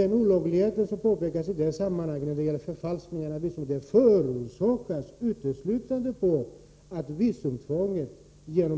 De olagligheter när det gäller förfalskningar av visumstämplar som invandrarministern pekar på förorsakas uteslutande av att